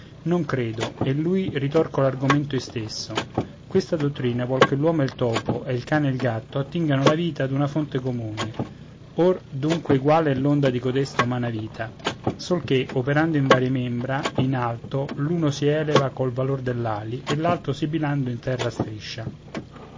non credo e in lui ritorco l'argomento istesso questa dottrina vuol che l'uomo e il topo e il can e il gatto attingano la vita a una fonte comune or dunque eguale è l'onda di codesta umana vita sol che operando in varie membra in alto l'uno si eleva col valor dell'ali e l'altro sibilando in terra striscia